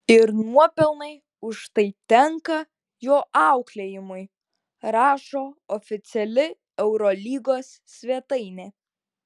ir nuopelnai už tai tenka jo auklėjimui rašo oficiali eurolygos svetainė